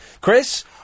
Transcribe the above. chris